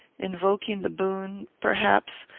invoking the boon, perhaps,